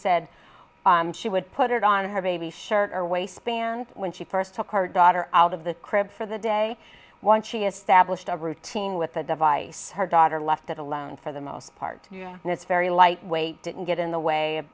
said she would put it on her baby shirt or waistband when she first took our daughter out of the crib for the day once she established a routine with the device her daughter left it alone for the most part and it's very lightweight didn't get in the way